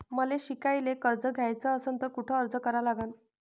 मले शिकायले कर्ज घ्याच असन तर कुठ अर्ज करा लागन?